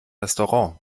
restaurant